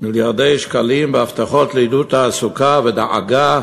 מיליארדי שקלים בהבטחות לעידוד תעסוקה ולדאגה